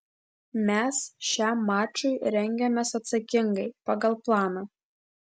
mes šiam mačui rengiamės atsakingai pagal planą